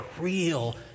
real